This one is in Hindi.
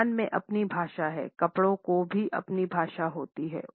सामान की अपनी भाषा है कपड़ों की भी अपनी भाषा होती है